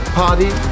party